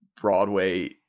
Broadway